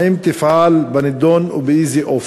3. האם תפעל בנדון ובאיזה אופן?